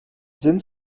sind